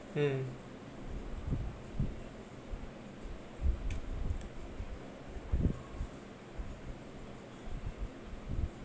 mm